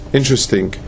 interesting